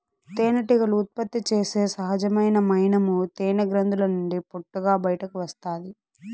తేనెటీగలు ఉత్పత్తి చేసే సహజమైన మైనము తేనె గ్రంధుల నుండి పొట్టుగా బయటకు వస్తాది